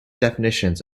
definitions